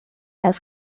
had